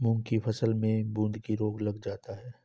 मूंग की फसल में बूंदकी रोग लग जाता है